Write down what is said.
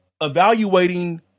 evaluating